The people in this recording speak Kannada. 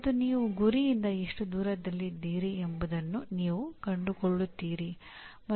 ಮತ್ತು ನಾವು ಅಸೆಸ್ಮೆಂಟ್ನ ಕೇಂದ್ರತೆಯನ್ನು ನೋಡಲು ಪ್ರಯತ್ನಿಸಿದ್ದೇವೆ